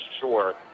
sure